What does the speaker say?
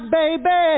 baby